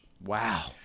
Wow